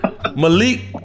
Malik